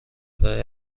برای